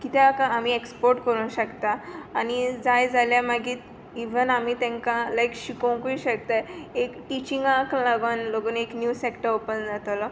किद्याक आमी एक्सपोर्ट करूं शकता आनी जाय जाल्यार मागीर इवन आमी तांकां लायक शिकोवंकूय शकता एक टिचिंगांक लागोन लोगून एक नीव सेक्ट ओपन जातोलो